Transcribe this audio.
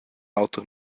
auter